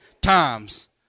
times